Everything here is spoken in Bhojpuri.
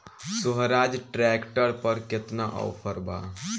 सोहराज ट्रैक्टर पर केतना ऑफर बा?